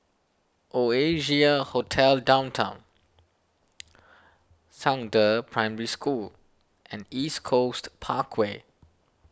Oasia Hotel Downtown Zhangde Primary School and East Coast Parkway